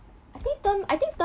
I think term I think term